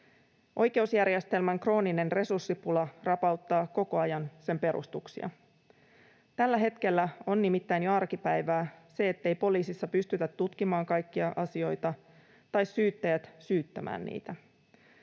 Oikeusjärjestelmän krooninen resurssipula rapauttaa koko ajan sen perustuksia. Tällä hetkellä on nimittäin jo arkipäivää se, ettei poliisissa pystytä tutkimaan kaikkia asioita tai syyttäjät syyttämään niitä.